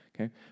Okay